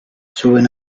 suben